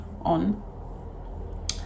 on